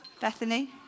Bethany